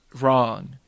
wrong